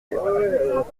dur